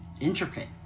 intricate